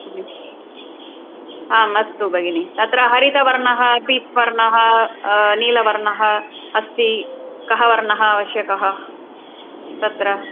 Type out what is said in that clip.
आमस्तु भगिनि तत्र हरितवर्णः पिङ्क् वर्णः नीलवर्णः अस्ति कः वर्णः आवश्यकः तत्र